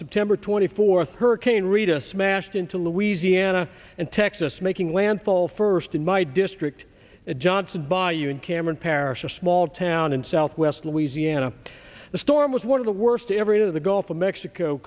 september twenty fourth hurricane rita smashed into louisiana and texas making landfall first in my district a johnson by you in cameron parish a small town in southwest louisiana the storm was one of the worst ever into the gulf of mexico